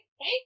Right